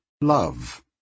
love